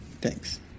Thanks